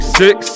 six